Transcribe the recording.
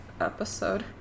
episode